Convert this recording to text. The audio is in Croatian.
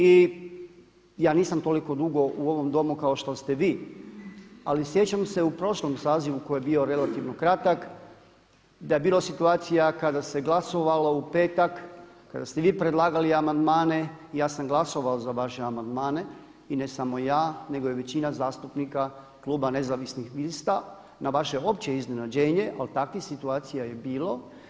I ja nisam toliko dugo u ovom domu kao što ste vi, ali sjećam se u prošlom sazivu koji je bio relativno kratak da je bilo situacija kada se glasovalo u petak, kada ste vi predlagali amandmane i ja sam glasovao za vaše amandmane, i ne samo ja nego i većina zastupnika kluba Nezavisnih lista na vaše opće iznenađenje, ali takvih situacija je bilo.